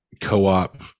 co-op